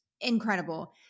incredible